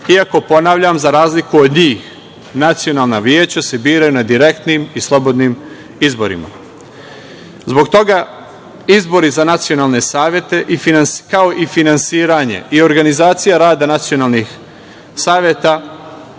ako, ponavljam, za razliku od njih nacionalna veća se biraju na direktnim i slobodnim izborima. Zbog toga izbori za nacionalne savete, kao i finansiranje i organizacija rada nacionalnih saveta